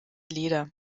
lieder